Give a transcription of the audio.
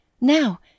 now